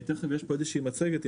יש פה איזושהי מצגת.